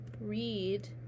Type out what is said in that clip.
read